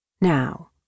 Now